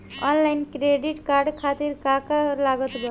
Online credit card खातिर का का लागत बा?